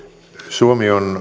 suomi on